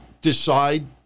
decide